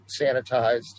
sanitized